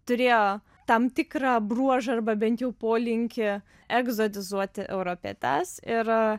turėjo tam tikrą bruožą arba bent jau polinkį egzotizuoti europietes ir